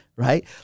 Right